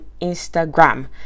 Instagram